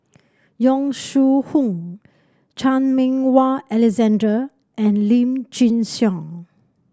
Yong Shu Hoong Chan Meng Wah Alexander and Lim Chin Siong